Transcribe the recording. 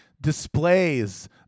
displays